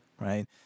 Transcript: Right